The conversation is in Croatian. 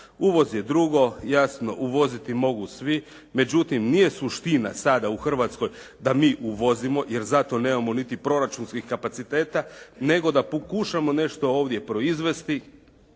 Uvoz je drugo, jasno uvoziti mogu svi. međutim nije suština sada u Hrvatskoj da mi uvozimo, jer za to nemamo niti proračunskih kapaciteta nego da pokušamo nešto ovdje proizvesti